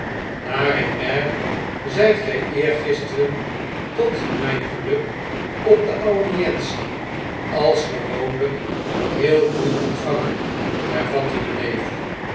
naar ik merk zjjt gjj eergisteren totmjjn geluk op de audientie als gewoonlijk heel koel ontvangen hervatte de neef